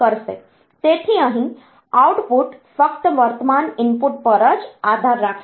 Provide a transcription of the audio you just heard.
તેથી અહીં આઉટપુટ ફક્ત વર્તમાન ઇનપુટ પર આધાર રાખે છે